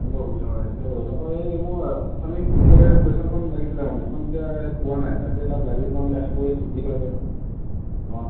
হ'ব তাৰপৰা এই মই আছামিজ জি কেৰ কুৱেশ্যনখন লাগিছিলে মানে এইখন এতিয়া ইয়াত পোৱা নাই তাকে তাত লাইব্ৰেৰীত পাম বুলি আশা কৰি আছো কি হয় এতিয়া অঁ